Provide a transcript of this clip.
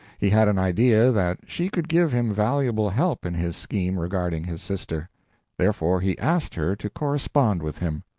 he had an idea that she could give him valuable help in his scheme regarding his sister therefore he asked her to correspond with him.